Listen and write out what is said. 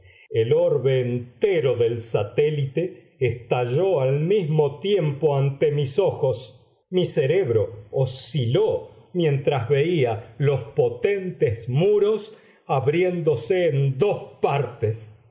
el orbe entero del satélite estalló al mismo tiempo ante mis ojos mi cerebro osciló mientras veía los potentes muros abriéndose en dos partes